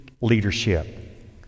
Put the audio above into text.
leadership